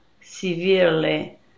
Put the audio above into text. severely